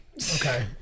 Okay